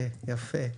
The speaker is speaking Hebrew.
יפה.